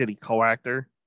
co-actor